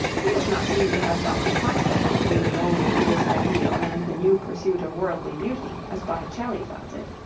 he does not seem to have felt the conflict between the old religious ideal and the new pursuit of worldly beauty as botticelli felt it.